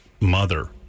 Mother